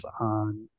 on